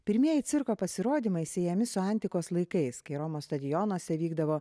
pirmieji cirko pasirodymai siejami su antikos laikais kai romos stadionuose vykdavo